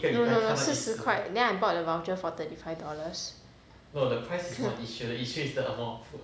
no no no 四十块 then I bought the voucher for thirty five dollars